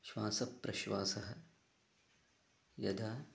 श्वासप्रश्वासः यदा